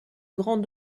grand